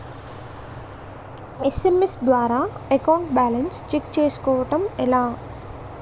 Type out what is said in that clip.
SMS ద్వారా account balance check చేసుకోవటం ఎలా?